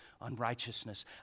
unrighteousness